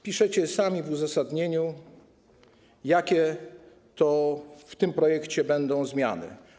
Piszecie sami w uzasadnieniu, jakie w tym projekcie będą zmiany.